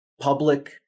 public